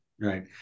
Right